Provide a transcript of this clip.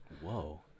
Whoa